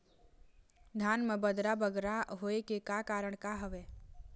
धान म बदरा बगरा होय के का कारण का हवए?